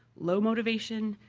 low motivation,